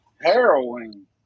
Heroin